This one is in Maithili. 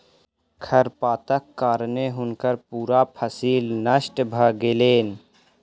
खरपातक कारणें हुनकर पूरा फसिल नष्ट भ गेलैन